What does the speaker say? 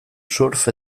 surf